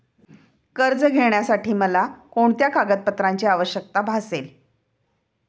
कर्ज घेण्यासाठी मला कोणत्या कागदपत्रांची आवश्यकता भासेल?